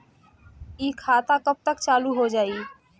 इ खाता कब तक चालू हो जाई?